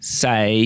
say